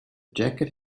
jacket